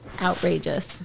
outrageous